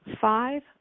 five